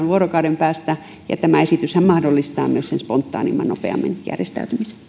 vuorokauden päästä ja tämä esityshän mahdollistaa myös sen spontaanimman nopeammin järjestäytymisen